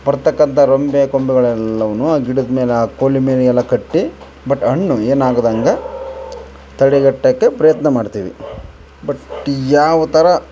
ಬರ್ತಕ್ಕಂಥ ರೆಂಬೆ ಕೊಂಬೆಗಳೆಲ್ಲವು ಆ ಗಿಡದ ಮೇಲೆ ಆ ಕೊಳ್ಳಿ ಮೇಲೆ ಎಲ್ಲ ಕಟ್ಟಿ ಬಟ್ ಹಣ್ಣು ಏನು ಆಗ್ದಂಗೆ ತಡೆಗಟ್ಟೋಕೆ ಪ್ರಯತ್ನ ಮಾಡ್ತೀವಿ ಬಟ್ ಯಾವ ಥರ